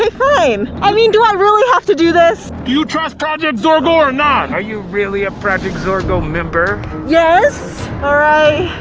fine! i mean do i really have to do this? do you trust project zorgo, or not? are you really a project zorgo member? yes! alright,